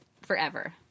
forever